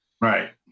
Right